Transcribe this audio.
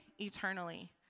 eternally